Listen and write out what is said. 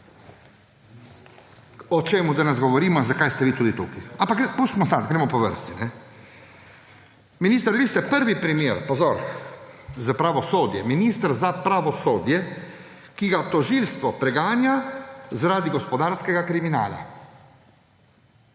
o čem danes govorimo in zakaj ste vi tukaj. Ampak pustimo stati, gremo po vrsti. Minister, vi ste prvi primer, pozor, za pravosodje, ministra za pravosodje, ki ga tožilstvo preganja zaradi gospodarskega kriminala.